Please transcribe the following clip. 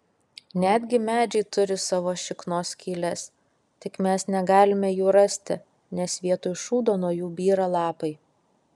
netgi medžiai turi savo šiknos skyles tik mes negalime jų rasti nes vietoj šūdo nuo jų byra lapai